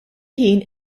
ħin